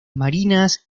marinas